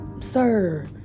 sir